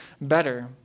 better